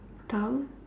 term